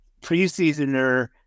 preseasoner